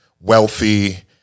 wealthy